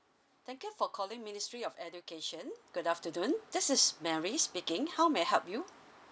thank you for calling ministry of education good afternoon this is mary speaking how may I help you